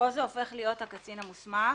כאן זה הופך להיות הקצין המוסמך.